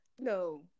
no